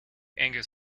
angus